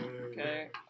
okay